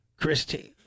Christine